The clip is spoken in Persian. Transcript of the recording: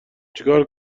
چیکار